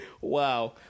Wow